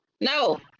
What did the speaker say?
no